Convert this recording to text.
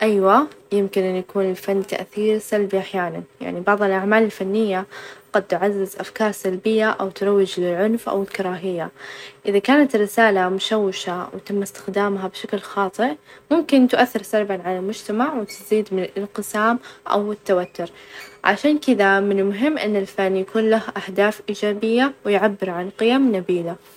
نعم الفن يحسن المجتمع بشكل كبير، يعكس ثقافات، وأفكار مختلفة، ويجمع الناس حول التجارب المشتركة، طبعًا الفن يعزز الإبداع، والتفكير النقدي، وكمان يساهم في تحسين الصحة النفسية، الفنون سواء أن كانت موسيقية، أو رسم، أو تمثيل، تساعد على الناس التعبير عن مشاعرهم، وتخلق أجواء من الفهم ، والتواصل.